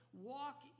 walk